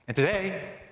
and today,